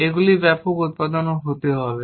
এগুলো ব্যাপক উৎপাদনে হতে হবে